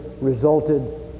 resulted